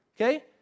Okay